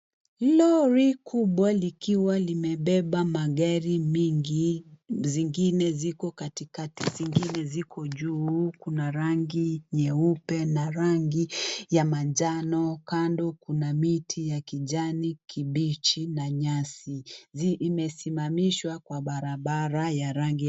Lori kubwa likiwa limebeba magari mingi zingine ziko katikati, zingine ziko juu ,kuna rangi nyeupe na rangi ya manjano, kando kuna miti ya kijani kibichi na nyasi zimesimamishwa kwa barabara ya rangi ya... .